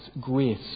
grace